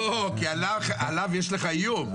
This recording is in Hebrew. לא, כי עליו יש לך איום.